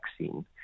vaccine